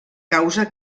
causa